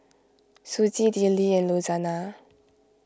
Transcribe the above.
Susie Dillie and Louanna